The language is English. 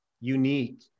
unique